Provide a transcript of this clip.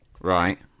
right